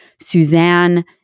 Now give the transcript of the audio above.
Suzanne